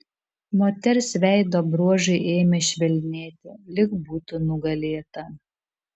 moters veido bruožai ėmė švelnėti lyg būtų nugalėta